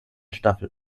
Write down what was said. staffel